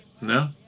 No